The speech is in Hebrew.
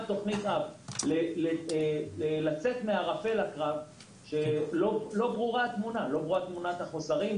תוכנית על לצאת מערפל הקרב שלא ברורה תמונת החוסרים,